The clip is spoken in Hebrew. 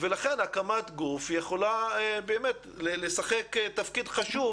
ולכן הקמת גוף יכולה לשחק תפקיד חשוב